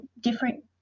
different